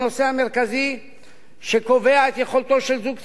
הנושא המרכזי שקובע את יכולתו של זוג צעיר,